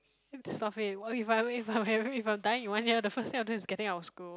mm stop it if I if I if I'm dying in one year the first thing I will do is getting out of school